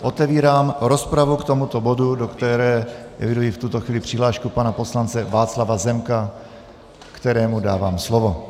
Otevírám rozpravu k tomuto bodu, do které eviduji v tuto chvíli přihlášku pana poslance Václava Zemka, kterému dávám slovo.